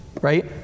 Right